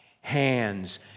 hands